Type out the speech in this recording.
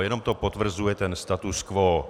Jenom to potvrzuje ten status quo.